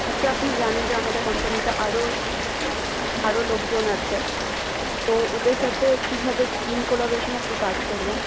আচ্ছা আপনি জানেন যে আমাদের কোম্পানিতে আরও আরও লোকজন আছে তো ওদের সাথে কীভাবে টিম কোলাবরেশনে আপনি কাজ করবেন